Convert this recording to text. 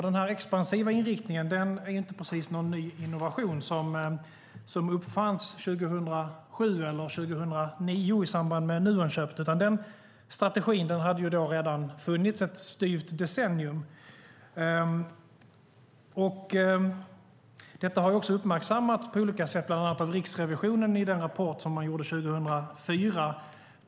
Den expansiva inriktningen är inte precis någon innovation som uppfanns 2007 eller 2009 i samband med Nuonköpet, utan denna strategi hade då redan funnit i styvt ett decennium. Detta har uppmärksammats på olika sätt, bland annat av Riksrevisionen i den rapport som man gjorde 2004.